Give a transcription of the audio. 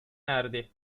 erdi